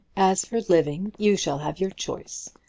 as for living, you shall have your choice.